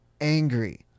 angry